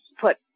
put